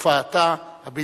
לתופעה הבלתי-נסבלת.